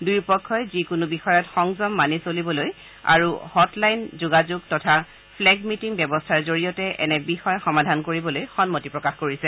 দুয়ো পক্ষই যিকোনো বিষয়ত সংযম মানি চলিবলৈ আৰু হট লাইন যোগাযোগ তথা ফ্ৰেগ মিটিং ব্যৱস্থাৰ জৰিয়তে এনে বিষয় সমাধান কৰিবলৈ সন্মতি প্ৰকাশ কৰিছে